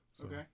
Okay